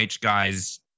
guys